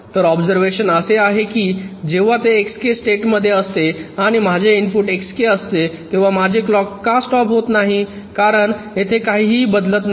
तर ऑब्झरव्हेशन असे आहे की जेव्हा ते Xk स्टेटमध्ये असते आणि माझे इनपुट Xk असते तेव्हा माझे क्लॉक का स्टॉप होत नाही कारण येथे काहीही बदलत नाही